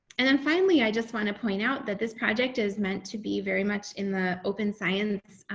and then finally, i just want to point out that this project is meant to be very much in the open science,